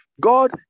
God